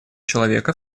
человека